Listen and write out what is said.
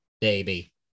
baby